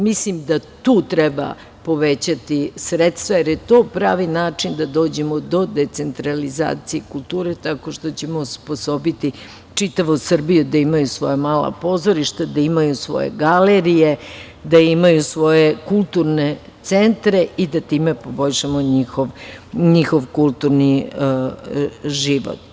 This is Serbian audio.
Mislim da tu treba povećati sredstva, jer je to pravi način da dođemo do decentralizacije kulture tako što ćemo osposobiti čitavu Srbiju da imaju svoja mala pozorišta, da imaju svoje galerije, da imaju svoje kulturne centre i da time poboljšamo njihov kulturni život.